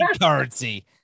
Currency